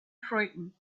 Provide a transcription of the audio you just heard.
frightened